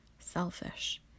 selfish